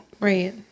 right